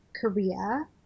Korea